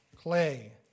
clay